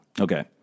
Okay